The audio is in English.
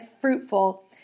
fruitful